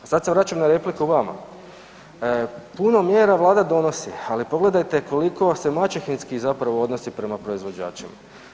A sada se vraćam na repliku vama, puno mjera Vlada donosi, ali pogledajte koliko se maćehinski zapravo odnosi prema proizvođačima.